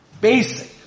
Basic